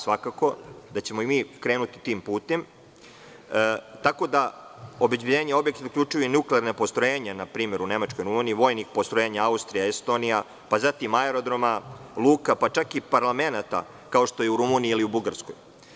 Svakako, da ćemo i mi krenuti tim putem, tako da obezbeđenje objektivno uključuje i nuklearna postrojenja npr. u Nemačkoj i Rumuniji, vojnih postrojenja u Austriji, Estoniji, pa zatim aerodroma, luka, pa čak i parlamenata, kao što je u Rumuniji ili Bugarskoj.